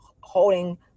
holding